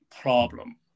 problem